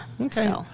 okay